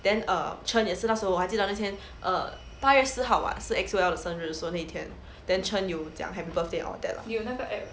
then err chen 也是那时候我还记得那天 err 八月四号 [what] 是 E_X_O L 的生日 so 那天 then chen 有讲 happy birthday all that lah